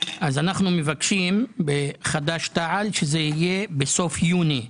אז אנחנו מבקשים בחד"ש תע"ל שזה יהיה בסוף יוני,